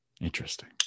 Interesting